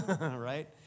right